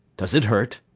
does it hurt?